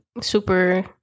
super